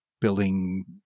building